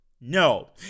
no